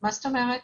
מה הכוונה?